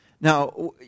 Now